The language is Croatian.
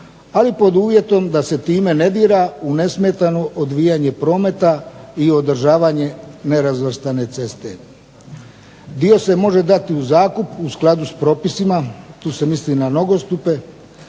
ali pod uvjetom da se time ne dira u nesmetano odvijanje prometa i održavanje nerazvrstane ceste. Dio se može dati u zakup u skladu sa propisima, tu se misli na nogostupe.